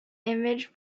image